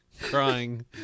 crying